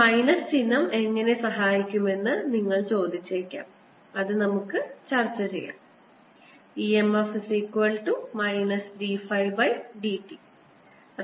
ഈ മൈനസ് ചിഹ്നം എങ്ങനെ സഹായിക്കുമെന്ന് നിങ്ങൾ ചോദിച്ചേക്കാം അത് നമുക്ക് ചർച്ച ചെയ്യാം